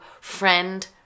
friend